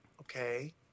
Okay